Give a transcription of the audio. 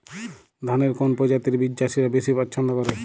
ধানের কোন প্রজাতির বীজ চাষীরা বেশি পচ্ছন্দ করে?